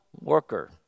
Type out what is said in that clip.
worker